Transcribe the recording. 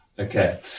Okay